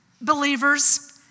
believers